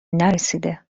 نرسیده